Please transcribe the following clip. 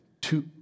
Two